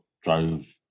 drove